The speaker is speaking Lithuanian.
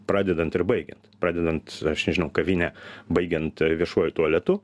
pradedant ir baigiant pradedant aš nežinau kavine baigiant viešuoju tualetu